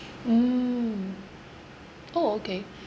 mm oh okay